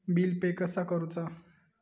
Bill pay कसा करुचा?